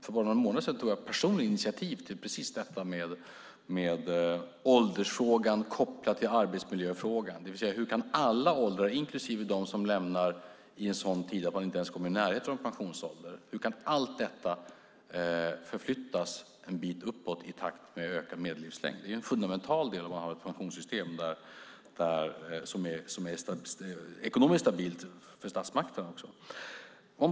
För bara några månader sedan tog jag personligen initiativ till precis detta med åldersfrågan, kopplat till arbetsmiljöfrågan, det vill säga: Hur kan alla åldrar förflyttas en bit uppåt i takt med ökad medellivslängd - det gäller även dem som lämnar i en sådan tid att de inte ens kommer i närheten av pensionsåldern? Det är en fundamental del om man har ett pensionssystem som är ekonomiskt stabilt för statsmakterna också.